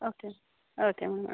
okay okay madam